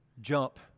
jump